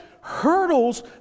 hurdles